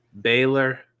Baylor